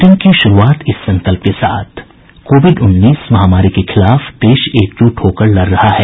bulletin की शुरूआत इस संकल्प के साथ कोविड उन्नीस महामारी के खिलाफ देश एकजुट होकर लड़ रहा है